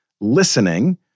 listening